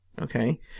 Okay